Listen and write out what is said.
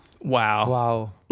Wow